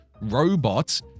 robots